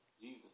Jesus